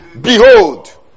Behold